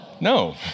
no